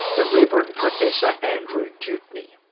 the reverend professor andrew dutney.